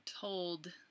told